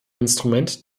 instrument